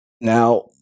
now